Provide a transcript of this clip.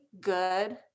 good